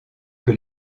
que